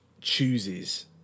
chooses